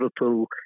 Liverpool